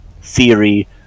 theory